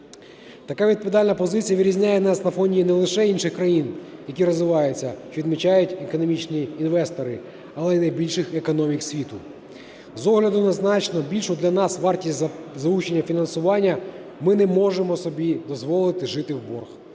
Така відповідальна позиція вирізняє нас на фоні не лише інших країн, які розвиваються, що відмічають економічні інвестори, але й найбільших економік світу. З огляду на значно більшу для нас вартість залучення фінансування ми не можемо собі дозволити жити в борг.